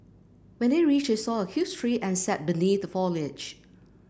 when they reached they saw a huge tree and sat beneath the foliage